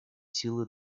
силы